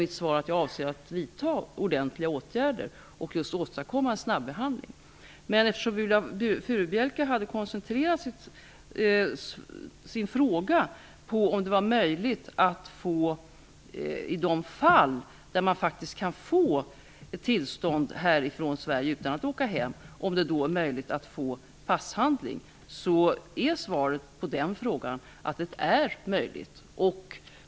Mitt svar är att jag avser att vidta ordentliga åtgärder och just åstadkomma en snabbehandling. Eftersom Viola Furubjelke hade koncentrerat sin fråga på om det i de fall då man faktiskt kan få tillstånd i Sverige utan att åka hem är möjligt att få passhandling är svaret att det är möjligt.